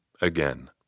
Again